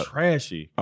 Trashy